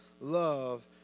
love